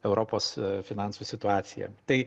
europos finansų situaciją tai